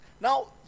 Now